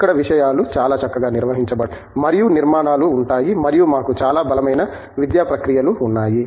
ఇక్కడ విషయాలు చాలా చక్కగా నిర్వహించబడతాయి మరియు నిర్మాణాలు ఉంటాయి మరియు మాకు చాలా బలమైన విద్యా ప్రక్రియలు ఉన్నాయి